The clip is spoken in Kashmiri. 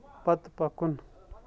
پَتہٕ پَکُن